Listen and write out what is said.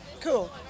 Cool